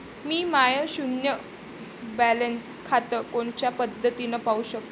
मी माय शुन्य बॅलन्स खातं कोनच्या पद्धतीनं पाहू शकतो?